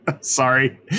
Sorry